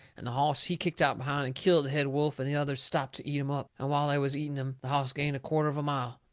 and the hoss he kicked out behind and killed the head wolf and the others stopped to eat him up, and while they was eating him the hoss gained a quarter of a mile.